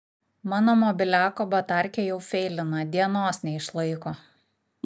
mano mobiliako batarkė jau feilina dienos neišlaiko